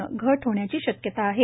ने घट होण्याची शक्यता आहे